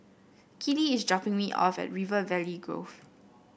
Keely is dropping me off at River Valley Grove